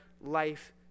life